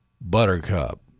buttercup